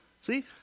See